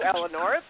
Eleanor